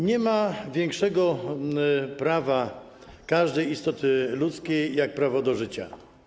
Nie ma większego prawa każdej istoty ludzkiej jak prawo do życia.